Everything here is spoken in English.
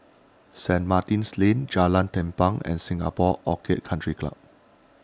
Saint Martin's Lane Jalan Tampang and Singapore Orchid Country Club